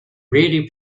really